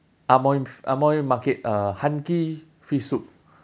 amoy amoy market uh han kee fish soup